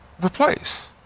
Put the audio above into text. replace